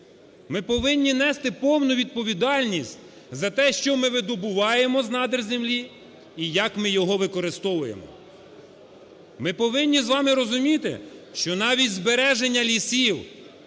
Ми повинні нести повну відповідальність за те, що ми видобуваємо з надр землі і як ми його використовуємо. Ми повинні з вами розуміти, що навіть збереження лісів,